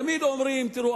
תמיד אומרים: תראו,